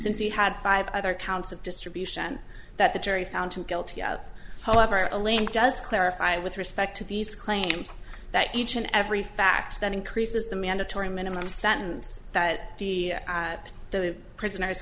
since he had five other counts of distribution that the jury found him guilty out however a link does clarify with respect to these claims that each and every fact that increases the mandatory minimum sentence that the prisoner